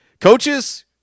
Coaches